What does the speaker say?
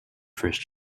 first